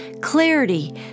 clarity